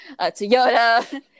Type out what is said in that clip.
Toyota